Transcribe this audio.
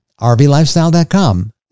rvlifestyle.com